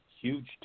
huge